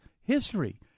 history